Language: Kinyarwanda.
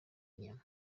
inyama